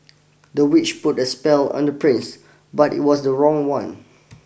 the witch put a spell on the prince but it was the wrong one